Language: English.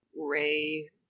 Ray